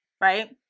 right